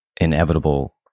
inevitable